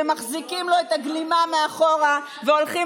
שמחזיקים לו את הגלימה מאחור והולכים